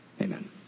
Amen